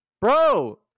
Bro